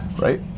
right